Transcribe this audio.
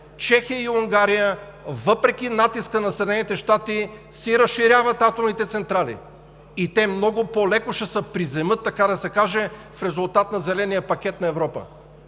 Чехия и Унгария, въпреки натиска на Съединените щати, си разширяват атомните централи. И те много по-леко ще се приземят, така да се каже, в резултат на Зеления пакет на Европа,